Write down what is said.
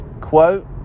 quote